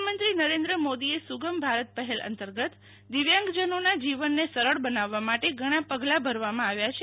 પ્રધાનમંત્રી નરેન્દ્ર મોદીએ સુ ગમ ભારત પહેલ અંતર્ગત દિવ્યાંગજનોના જીવનને સરળ બનાવવા માટે ઘણા પગલા ભરવામાં આવ્યા છે